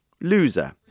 Loser